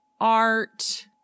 art